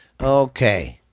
Okay